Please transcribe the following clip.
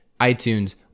iTunes